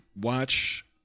watch